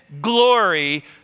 glory